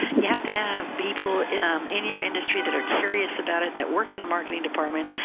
you have to have people um in your industry that are curious about it, that work in the marketing department,